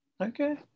Okay